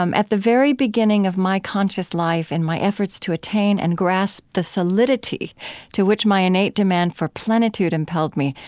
um at the very beginning of my conscious life in my efforts to attain and grasp the solidity to which my innate demand for plentitude impelled me,